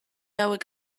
hauek